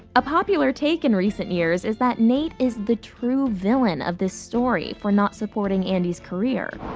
a popular take in recent years is that nate is the true villain of this story for not supporting andy's career.